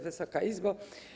Wysoka Izbo!